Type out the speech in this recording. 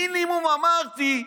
מינימום אמרתי: